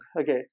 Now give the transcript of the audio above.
Okay